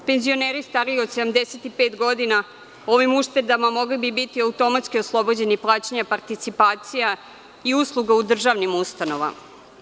Penzioneri stariji od 75 godina ovim uštedama mogli bi biti automatski oslobođeni plaćanja participacija i usluga u državnim ustanovama.